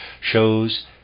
shows